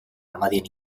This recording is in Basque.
almadien